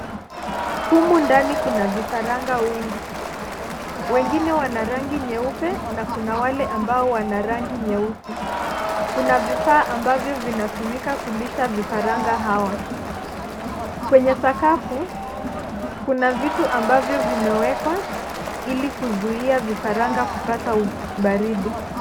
Humu ndani kuna vifaranga wengi. Wengine wana rangi nyeupe, na kuna wale ambao wana rangi nyeusi. Kuna vifaa ambavyo vinatumika kulisha vifaranga hawa. Kwenye sakafu, kuna vitu ambavyo vimewekwa, ili kuzuia vifaranga kupata baridi.